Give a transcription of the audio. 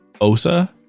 Osa